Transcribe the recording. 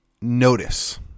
notice